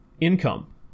income